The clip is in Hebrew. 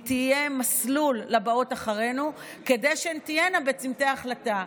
אלא היא תהיה מסלול לבאות אחרינו כדי שהן תהיינה בצומתי החלטה.